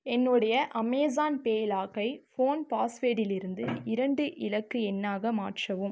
என்னுடைய Amazon pay லாக்கை phone பாஸ்வேர்டிலிருந்து இரண்டு இலக்கு எண்ணாக மாற்றவும்